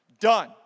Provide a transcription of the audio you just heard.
Done